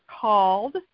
called